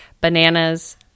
bananas